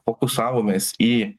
fokusavomės į